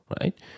right